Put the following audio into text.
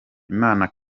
imana